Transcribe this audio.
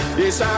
yes